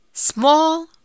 Small